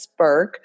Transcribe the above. Spurk